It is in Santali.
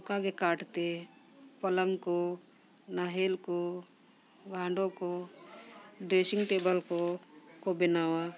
ᱚᱱᱠᱟᱜᱮ ᱠᱟᱴᱛᱮ ᱯᱚᱞᱚᱝ ᱠᱚ ᱱᱟᱦᱮᱞ ᱠᱚ ᱜᱟᱸᱰᱳ ᱠᱚ ᱰᱨᱮᱥᱤᱝ ᱴᱮᱵᱤᱞ ᱠᱚᱠᱚ ᱵᱮᱱᱟᱣᱟ